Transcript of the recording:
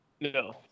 No